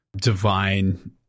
divine